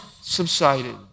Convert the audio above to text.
subsided